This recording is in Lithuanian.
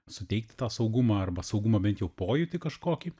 suteikti tą saugumą arba saugumo bent jau pojūtį kažkokį